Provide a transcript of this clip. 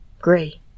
Gray